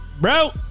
bro